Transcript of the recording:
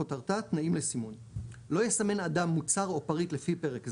תנאים לסימון 51ב. לא יסמן אדם מוצר או פריט לפי פרק זה,